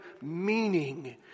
meaning